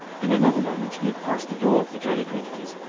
in another moment he had passed the door of the jolly cricketers,